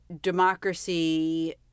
democracy